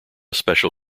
special